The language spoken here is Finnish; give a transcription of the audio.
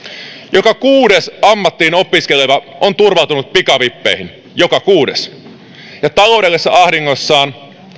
joka kuudes ammattiin opiskeleva on turvautunut pikavippeihin taloudellisessa ahdingossaan